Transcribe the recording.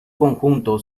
conjunto